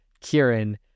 Kieran